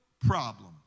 problem